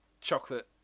Chocolate